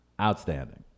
Outstanding